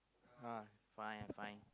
uh fine I'm fine